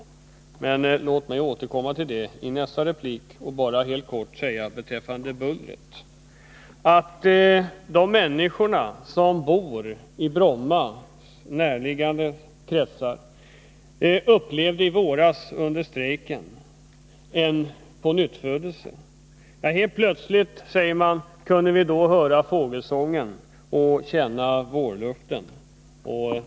Men låt mig återkomma till detta i nästa replik och nu beträffande bullret bara säga att de människor som bor i Bromma och dess omgivning under strejken i våras upplevde en pånyttfödelse. Helt plötsligt kunde de då höra fågelsången och känna vårluften.